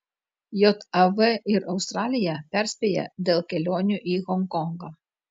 jav ir australija perspėja dėl kelionių į honkongą